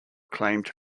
claimed